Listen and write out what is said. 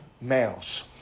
males